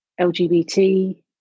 lgbt